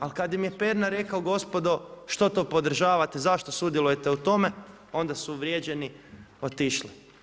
Ali kada im je Pernar rekao gospodo što to podržavate, zašto sudjelujete u tome onda su uvrijeđeni otišli.